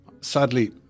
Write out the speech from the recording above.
Sadly